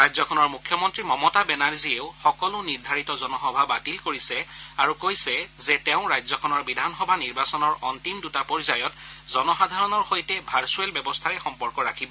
ৰাজ্যখনৰ মুখ্যমন্ত্ৰী মমতা বেনাজীয়েও সকলো নিৰ্ধাৰিত জনসভা বাতিল কৰিছে আৰু কৈছে যে তেওঁ ৰাজ্যখনৰ বিধানসভা নিৰ্বাচনৰ অন্তিম দুটা পৰ্যায়ত জনসাধাৰণৰ সৈতে ভাৰ্ছুৱেল ব্যৱস্থাৰে সম্পৰ্ক ৰাখিব